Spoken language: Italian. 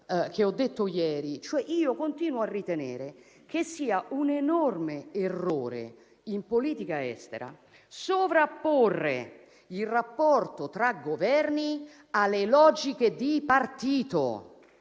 continuo cioè a ritenere che sia un enorme errore in politica estera sovrapporre il rapporto tra Governi alle logiche di partito.